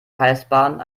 kreisbahnen